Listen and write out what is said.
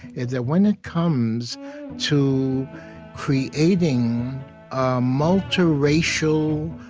is that when it comes to creating a multiracial,